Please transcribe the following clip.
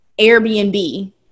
Airbnb